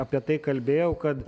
apie tai kalbėjau kad